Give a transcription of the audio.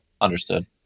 Understood